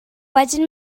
wedyn